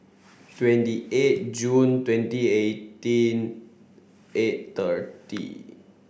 twenty eight June twenty eighteen eight thirty